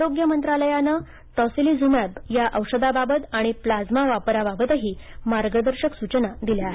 आरोग्य मंत्रालयानं टॉसिलीझूमॅब या औषधाबाबत आणि प्लाझ्मा वापराबाबतही मार्गदर्शक सूचना दिल्या आहेत